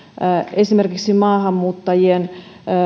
esimerkiksi maahanmuuttajien